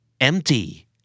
empty